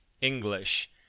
English